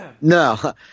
No